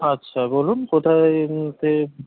আচ্ছা বলুন কোথায় তে